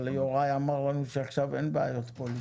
אבל יוראי אמר לנו שעכשיו אין בעיות פוליטיות.